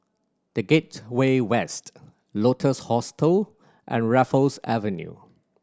The Gateway West Lotus Hostel and Raffles Avenue